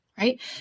right